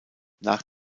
nach